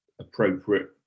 appropriate